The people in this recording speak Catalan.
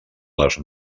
les